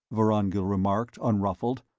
vorongil remarked, unruffled.